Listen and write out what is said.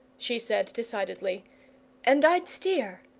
she said decidedly and i'd steer.